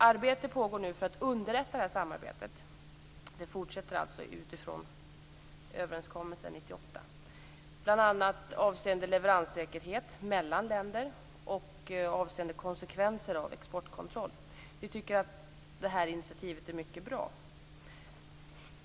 Arbete pågår nu för att underlätta det här samarbetet. Det fortsätter alltså utifrån överenskommelsen 1998, bl.a. avseende leveranssäkerhet mellan länder och avseende konsekvenser av exportkontroll. Vi tycker att det här initiativet är mycket bra.